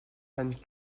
vingt